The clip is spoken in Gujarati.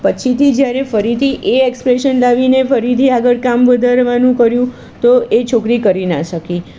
પછીથી જ્યારે એ એક્સ્પ્રેશન લાવીને ફરીથી આગળ કામ વધારવાનું કર્યું તો એ છોકરી કરી ના શકી